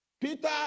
Peter